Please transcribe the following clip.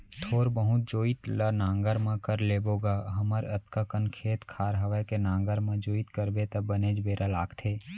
थोर बहुत जोइत ल नांगर म कर लेबो गा हमर अतका कन खेत खार हवय के नांगर म जोइत करबे त बनेच बेरा लागथे